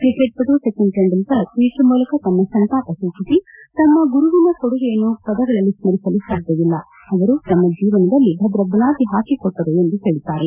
cricket ಪಟು Sachin Tendulkar Twitter ಮೂಲಕ ತಮ್ಮ ಸಂತಾಪ ಸೂಚಿಸಿ ತಮ್ಮ ಗುರುವಿನ ಕೊಡುಗೆಯನ್ನು ಪದಗಳಲ್ಲಿ ಸ್ಮರಿಸಲು ಸಾಧ್ಯವಿಲ್ಲ ಅವರು ತಮ್ಮ ಜೀವನದಲ್ಲಿ ಭದ್ರ ಬುನಾದಿ ಹಾಕಿಕೊಟ್ಟರು ಎಂದು ಹೇಳಿದ್ದಾರೆ